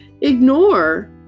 ignore